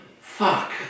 Fuck